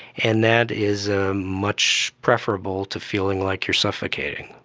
and that is much preferable to feeling like you are suffocating.